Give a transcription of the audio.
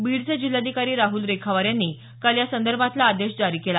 बीडचे जिल्हाधिकारी राहुल रेखावार यांनी काल या संदर्भातील आदेश जारी केले